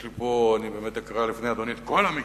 יש לי פה, אני באמת אקרא לפני אדוני את כל המקרים,